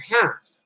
half